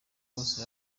bose